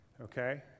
okay